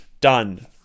done